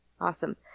Awesome